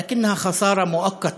אבל זה הוא הפסד זמני,